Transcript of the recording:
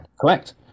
correct